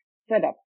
setup